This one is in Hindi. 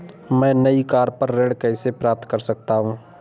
मैं नई कार पर ऋण कैसे प्राप्त कर सकता हूँ?